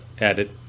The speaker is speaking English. added